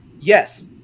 yes